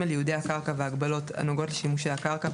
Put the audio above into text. ייעודי הקרקע והגבלות הנוגעות לשימושי הקרקע,